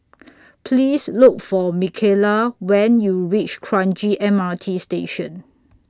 Please Look For Mckayla when YOU REACH Kranji M R T Station